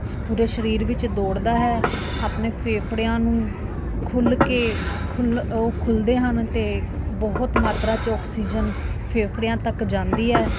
ਪੂਰੇ ਸਰੀਰ ਵਿੱਚ ਦੌੜਦਾ ਹੈ ਆਪਣੇ ਫੇਫੜਿਆਂ ਨੂੰ ਖੁੱਲ੍ਹ ਕੇ ਖੁੱਲ੍ਹ ਉਹ ਖੁੱਲ੍ਹਦੇ ਹਨ ਅਤੇ ਬਹੁਤ ਮਾਤਰਾ 'ਚ ਓਕਸੀਜਨ ਫੇਫੜਿਆਂ ਤੱਕ ਜਾਂਦੀ ਹੈ